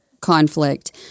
conflict